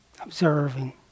observing